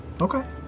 Okay